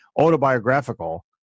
autobiographical